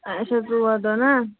اَچھا ژور دۄہ نہ